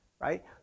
right